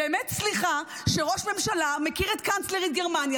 באמת סליחה שראש ממשלה מכיר את קנצלרית גרמניה,